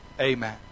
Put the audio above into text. Amen